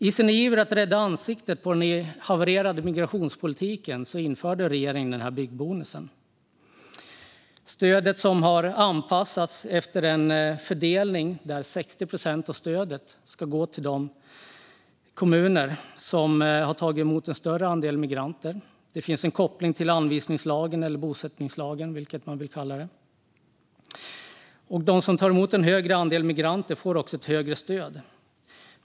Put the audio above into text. I sin iver att rädda ansiktet angående den havererade migrationspolitiken införde regeringen denna byggbonus. Stödet har anpassats enligt en fördelning som anger att 60 procent av stödet ska gå till de kommuner som har tagit emot en större andel migranter. Det finns alltså en koppling till anvisningslagen, eller bosättningslagen - vad man nu vill kalla den. De som tar emot en högre andel migranter får också ett högre stöd.